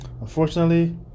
Unfortunately